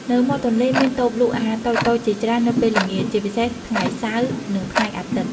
នៅមាត់ទន្លេមានតូបលក់អាហារតូចៗជាច្រើននៅពេលល្ងាច ជាពិសេសថ្ងៃសៅរ៍ នឹងថ្ងៃអាទិត្យ ។